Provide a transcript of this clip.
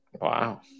Wow